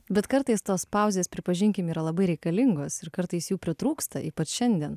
bet kartais tos pauzės pripažinkim yra labai reikalingos ir kartais jų pritrūksta ypač šiandien